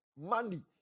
money